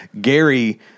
Gary